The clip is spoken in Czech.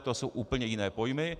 To jsou úplně jiné pojmy.